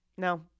No